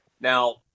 Now